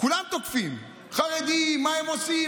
כולם תוקפים: חרדים, מה הם עושים?